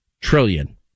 trillion